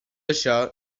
això